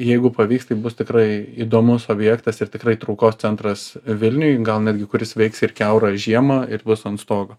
jeigu pavyks tai bus tikrai įdomus objektas ir tikrai traukos centras vilniuj gal netgi kuris veiks ir kiaurą žiemą ir bus ant stogo